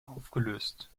aufgelöst